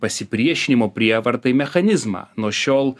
pasipriešinimo prievartai mechanizmą nuo šiol